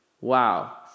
wow